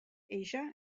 asia